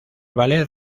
ballet